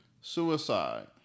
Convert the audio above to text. Suicide